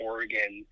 Oregon